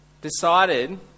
decided